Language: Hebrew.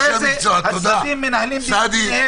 הצדדים מנהלים דיונים ביניהם